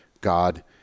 God